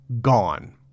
gone